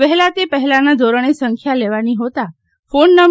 વહેલા તે પહેલાના ધોરણે સંખ્યા લેવાની હોતા ફોન નં